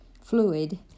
fluid